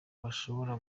bashobora